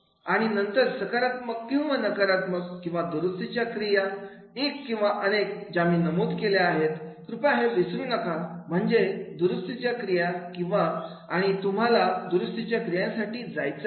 आणि नंतर सकारात्मक किंवा नकारात्मक किंवा दुरुस्तीच्या क्रिया एक किंवा अनेक ज्या मी नमूद केलेले आहेत कृपया हे विसरू नका म्हणजे दुरुस्तीच्या क्रिया आणि तुम्हाला दुरुस्तीच्या क्रियांसाठी जायचं आहे